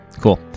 cool